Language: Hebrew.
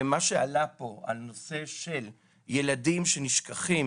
ומה שעלה פה על נושא של ילדים שנשכחים